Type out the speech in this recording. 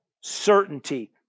certainty